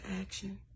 action